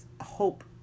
hope